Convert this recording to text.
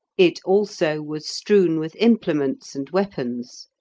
it also was strewn with implements and weapons.